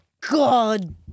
God